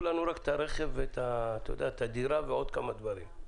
לנו רק את הרכב ואת הדירה ועוד כמה דברים.